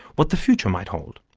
what the future might hold.